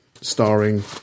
starring